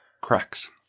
cracks